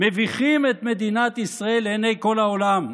מביכים את מדינת ישראל לעיני כל העולם,